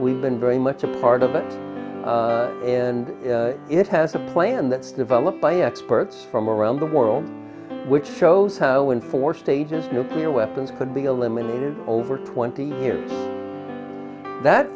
we've been very much a part of it and it has a plan that's developed by experts from around the world which shows when four stages nuclear weapons could be eliminated over twenty years that